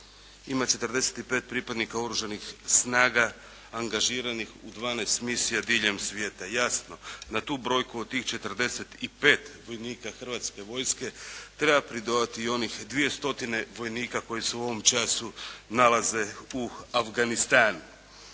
ima 45 pripadnika oružanih snaga angažiranih u dvanaest misija diljem svijeta. Jasno, na tu brojku od tih 45 vojnika hrvatske vojske treba pridodati i onih 2 stotine vojnika koji se u ovom času nalaze u Afganistanu.